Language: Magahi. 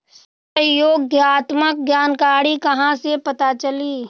सहयोगात्मक जानकारी कहा से पता चली?